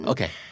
Okay